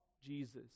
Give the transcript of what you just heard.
Jesus